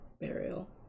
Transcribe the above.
burial